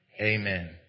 Amen